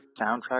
soundtrack